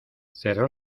cerró